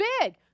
big